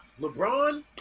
LeBron